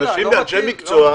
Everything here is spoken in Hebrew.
אלה אנשי מקצוע.